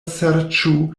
serĉu